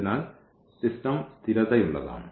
അതിനാൽ സിസ്റ്റം സ്ഥിരതയുള്ളതാണ്